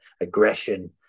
aggression